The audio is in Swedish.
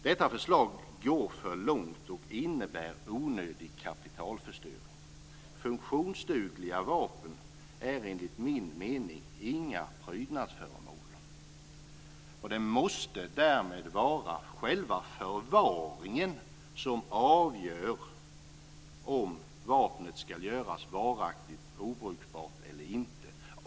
Detta förslag går för långt och innebär onödig kapitalförstöring. Funktionsdugliga vapen är enligt min mening inga prydnadsföremål. Det måste därmed vara själva förvaringen som avgör om vapnet ska göras varaktigt obrukbart eller inte.